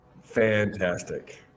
fantastic